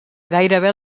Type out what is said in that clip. gairebé